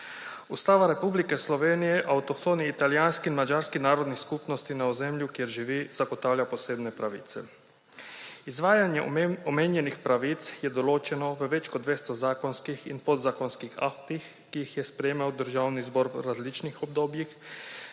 Ustava Republike Slovenije avtohtoni italijanski in madžarski narodni skupnosti na ozemlju, kjer živi, zagotavlja posebne pravice. Izvajanje omenjenih pravic je določeno v več kot 200 zakonskih in podzakonskih aktih, ki jih je sprejemal Državni zbor v različnih obdobjih,